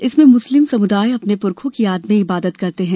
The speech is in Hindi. इसमें मुस्लिम समुदाय अपने पुरखों की याद में इबादत करते हैं